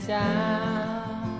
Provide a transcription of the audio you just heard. down